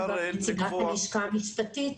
נמצאת אתנו נציגת הלשכה המשפטית.